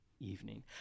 evening